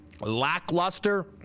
lackluster